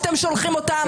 שאתם שולחים אותם.